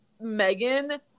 Megan